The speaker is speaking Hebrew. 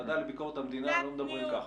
בוועדה לביקורת המדינה לא מדברים ככה.